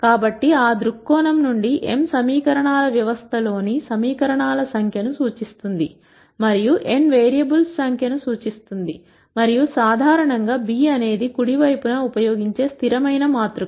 కాబట్టి ఆ దృక్కోణం నుండి m సమీకరణాల వ్యవస్థ లోని సమీకరణాల సంఖ్యను సూచిస్తుంది మరియు n వేరియబుల్స్ సంఖ్యను సూచిస్తుంది మరియు సాధారణంగా b అనేది కుడి వైపున ఉపయోగించే స్థిరమైన మాతృక